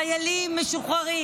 חיילים משוחררים,